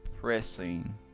pressing